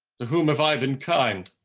to whom have i been kind?